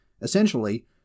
essentially